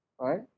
right